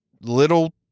little